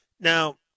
Now